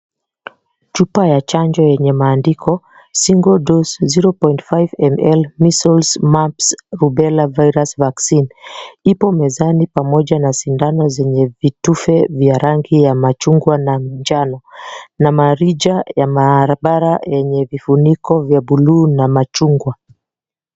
Chupa ya chanjo yenye maandiko, Single Doze 0.5ml Measles Mumps Rubela Virus Vaccine, ipo mezani pamoja na sindano zenye vitufe vya rangi ya machungwa na njano na marija ya mahabara yenye vifuniko vya buluu na machungwa.